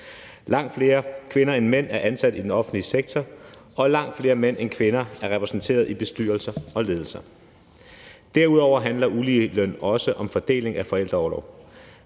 Langt flere kvinder end mænd er ansat i den offentlige sektor, og langt flere mænd end kvinder er repræsenteret i bestyrelser og ledelser. Derudover handler uligeløn også om fordeling af forældreorlov.